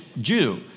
Jew